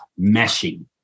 meshing